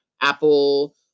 Apple